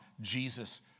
Jesus